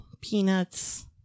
peanuts